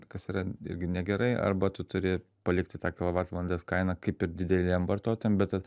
kas yra irgi negerai arba tu turi palikti tą kilovatvalandės kainą kaip ir dideliem vartotojam bet